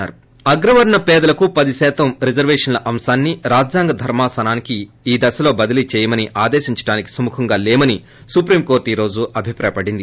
break అగ్రవర్ణ పేదలకు పదిశాతం రిజర్వేషన్ల అంశాన్ని రాజ్యాంగ ధర్మాసనానికి ఈ దశలో బదిలీ చేయమని ఆదేశించడానికి సుముఖంగా లేమనీ సుప్రీం కోర్లప్ ఈ రొజు అభిప్రాయపడింది